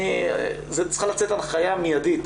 צריכה לצאת הנחיה מיידית